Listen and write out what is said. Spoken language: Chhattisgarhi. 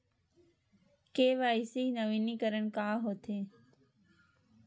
के.वाई.सी नवीनीकरण का होथे?